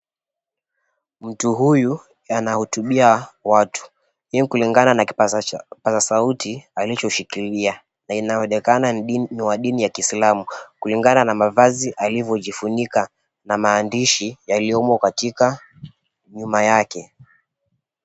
Mtu huyu anahutubia watu hii ni kulingana na kipaza sauti alichoshikilia inaonekana ni wa dini ya kiislamu kulingana na mavazi alivyojifunika na maandishi yaliyomo katika nyuma yake.